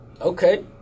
Okay